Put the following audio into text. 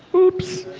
oops.